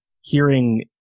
hearing